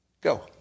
Go